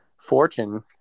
fortune